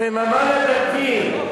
הסממן הדתי,